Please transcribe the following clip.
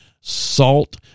salt